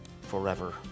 forever